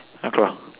nampak